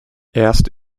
erst